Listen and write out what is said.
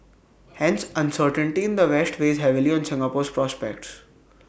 hence uncertainty in the west weighs heavily on Singapore's prospects